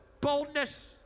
boldness